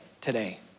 today